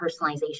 personalization